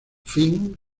finn